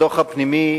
הדוח הפנימי,